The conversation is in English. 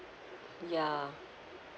ya